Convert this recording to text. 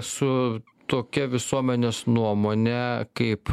su tokia visuomenės nuomone kaip